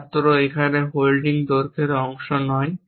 ছাত্র এখানে হোল্ডিং দৈর্ঘ্যের অংশ নয়